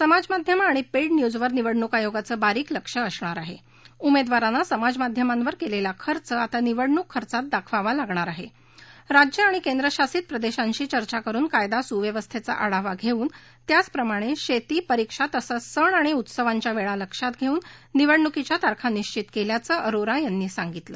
समाजमाध्यमं आणि पद्धीन्यूज वर निवडणूक आयोगाचं बारीक लक्ष असणार आहा क्रमच्चारांना समाजमाध्यमांवर क्लिप्टी खर्च आता निवडणूक खर्चात दाखवावा लागणार आहा जाज्यं आणि केंद्रशासित प्रदक्षशी चर्चा करून कायदा सुव्यवस्थाची आढावा घस्तिन त्याचप्रमाणशिती परीक्षा तसंच सण आणि उत्सवांच्या वळी लक्षात घस्तन निवडणुकीच्या तारखा निशित कल्पाचं अरोरा यांनी सांगितलं